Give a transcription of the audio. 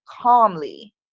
calmly